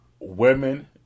women